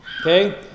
Okay